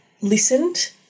listened